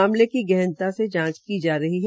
मामले की गहना से जांच की जा रही है